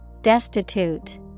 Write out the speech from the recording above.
Destitute